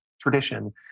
tradition